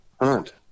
hunt